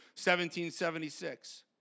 1776